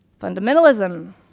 fundamentalism